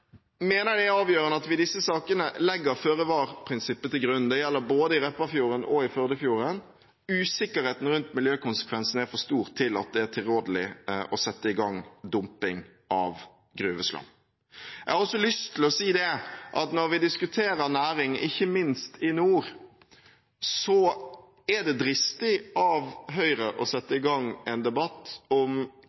mener det er avgjørende at vi i disse sakene legger føre-var-prinsippet til grunn. Det gjelder både i Repparfjord og i Førdefjorden. Usikkerheten rundt miljøkonsekvensene er for store til at det er tilrådelig å sette i gang dumping av gruveslam. Jeg har lyst til å si at når vi diskuterer næring ikke minst i nord, er det dristig av Høyre å sette i gang en debatt om